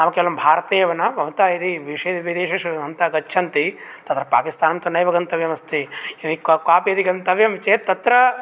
नाम केवलं भारते एव न भवन्तः यदि विशे विदेशेषु गन्त गच्छन्ति तत्र् पाकिस्तान् तु नैव गन्तव्यम् अस्ति यदि को का अपि गन्तव्यं चेत् तत्र